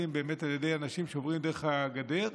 באמת על ידי אנשים שעוברים דרך הגדר.